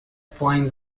point